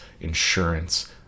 insurance